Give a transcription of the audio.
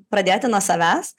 pradėti nuo savęs